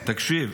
תקשיב,